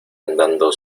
andando